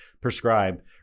prescribe